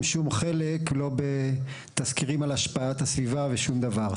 שום חלק לא בתסקירים על השפעת הסביבה ושום דבר.